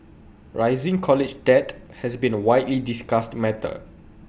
rising college debt has been A widely discussed matter